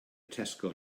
tesco